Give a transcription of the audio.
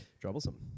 Troublesome